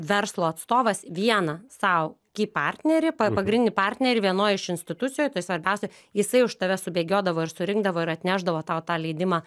verslo atstovas vieną sau ky partnerį pa pagrindinį partnerį vienoj iš institucijų tai svarbiausia jisai už tave su bėgiodavo ir surinkdavo ir atnešdavo tau tą leidimą